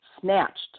snatched